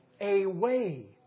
away